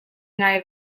ngai